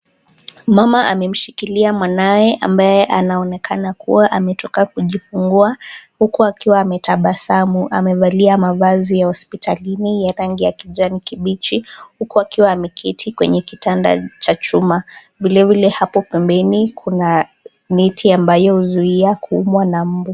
Mama anamshikilia mwanawe, ambaye anaonekana kuwa ametoka kujifungua huku akiwa ametabasamu. Amevalia mavazi ya hospitalini ya rangi ya kijani kibichi, huku akiwa ameketi kwenye kitanda cha chuma. Vilevile hapo pembeni kuna neti ambayo huzuiya kuumwa na mbu.